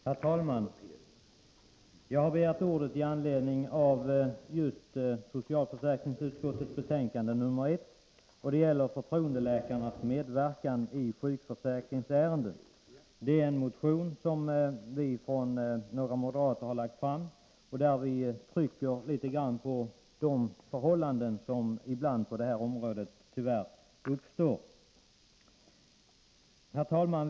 Herr talman! Jag har begärt ordet med anledning av socialförsäkringsutskottets betänkande nr 1 om förtroendeläkarnas medverkan i sjukförsäkringsärenden. I betänkandet behandlas en motion som vi, några moderater, har väckt, i vilken vi trycker litet på de förhållanden som ibland tyvärr uppstår på det här området. Herr talman!